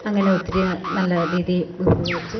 അങ്ങനെ ഒത്തിരി നല്ല രീതിയിൽ വിപുലീകരിച്ച്